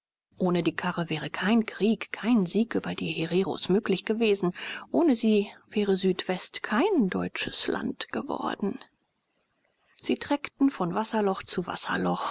ohne die karre wäre kein krieg kein sieg über die hereros möglich gewesen ohne sie wäre südwest kein deutsches land geworden sie treckten von wasserloch zu wasserloch